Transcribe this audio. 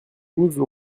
douze